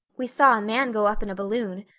we saw a man go up in a balloon.